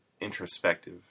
introspective